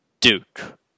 Duke